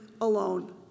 alone